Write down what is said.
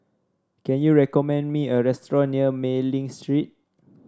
can you recommend me a restaurant near Mei Ling Street